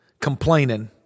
complaining